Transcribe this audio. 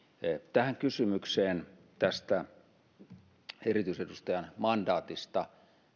kysymykseen erityisedustajan mandaatista